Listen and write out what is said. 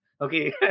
Okay